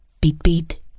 Beat-beat